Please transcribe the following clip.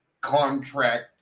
contract